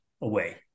away